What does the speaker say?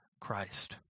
Christ